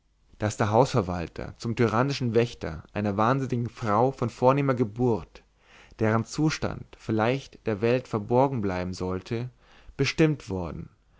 daß der hausverwalter zum tyrannischen wächter einer wahnsinnigen frau von vornehmer geburt deren zustand vielleicht der welt verborgen bleiben sollte bestimmt worden